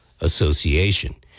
Association